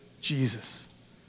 Jesus